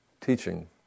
teaching